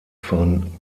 von